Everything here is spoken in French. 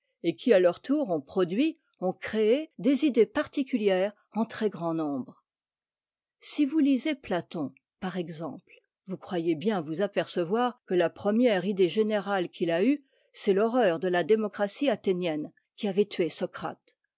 et qui à leur tour ont produit ont créé des idées particulières en très grand nombre si vous lisez platon par exemple vous croyez bien vous apercevoir que la première idée générale qu'il a eue c'est l'horreur de la démocratie athénienne qui avait tué socrate